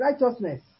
righteousness